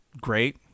great